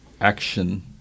action